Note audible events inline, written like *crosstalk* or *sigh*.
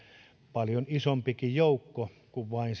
paljon isompikin joukko kuin vain *unintelligible*